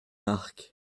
marc